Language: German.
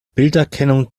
bilderkennung